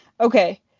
Okay